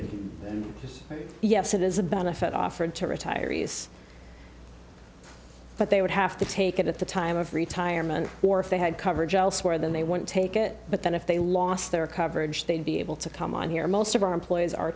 event and yes it is a benefit offered to retiree's but they would have to take it at the time of retirement or if they had coverage elsewhere then they won't take it but then if they lost their coverage they'd be able to come on here most of our employers are